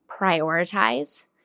prioritize